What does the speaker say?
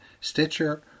Stitcher